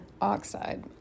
oxide